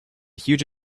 huge